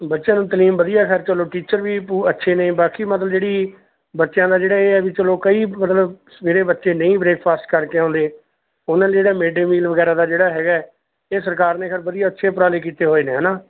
ਬੱਚਿਆਂ ਨੂੰ ਤਲੀਮ ਵਧੀਆ ਸਰ ਚਲੋ ਟੀਚਰ ਵੀ ਪੂ ਅੱਛੇ ਨੇ ਬਾਕੀ ਮਤਲਬ ਜਿਹੜੀ ਬੱਚਿਆਂ ਦਾ ਜਿਹੜਾ ਇਹ ਹੈ ਵੀ ਚਲੋ ਕਈ ਮਤਲਬ ਸਵੇਰੇ ਬੱਚੇ ਨਹੀਂ ਬਰੇਕਫਾਸਟ ਕਰਕੇ ਆਉਂਦੇ ਉਹਨਾਂ ਲਈ ਜਿਹੜਾ ਮਿਡਡੇ ਮੀਲ ਵਗੈਰਾ ਦਾ ਜਿਹੜਾ ਹੈਗਾ ਇਹ ਸਰਕਾਰ ਨੇ ਹਰ ਵਧੀਆ ਅੱਛੇ ਉਪਰਾਲੇ ਕੀਤੇ ਹੋਏ ਨੇ ਹੈ ਨਾ